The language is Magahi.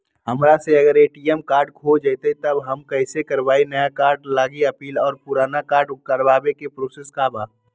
हमरा से अगर ए.टी.एम कार्ड खो जतई तब हम कईसे करवाई नया कार्ड लागी अपील और पुराना कार्ड ब्लॉक करावे के प्रोसेस का बा?